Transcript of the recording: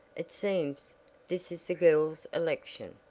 it seems this is the girls' election.